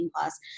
plus